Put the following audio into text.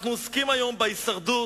אנחנו עוסקים היום בהישרדות,